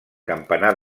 campanar